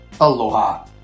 Aloha